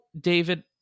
David